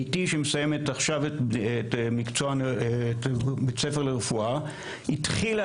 ביתי שמסיימת עכשיו בית ספר לרפואה התחילה